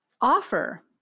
offer